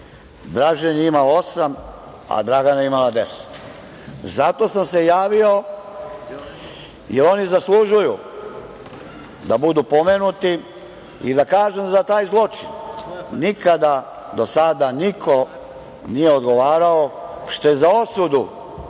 Dražen je imao osam, a Dragana je imala 10. Zato sam se javio, jer oni zaslužuju da budu pomenuti i da kažem da za taj zločin nikada niko nije odgovarao, što je za osudu,